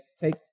take